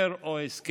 אחר או הסכם,